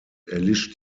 erlischt